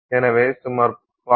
எனவே சுமார் 0